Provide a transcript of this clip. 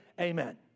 Amen